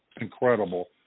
incredible